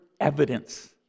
evidence